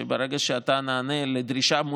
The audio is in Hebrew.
שברגע שאתה נענה לדרישה,